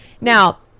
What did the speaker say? Now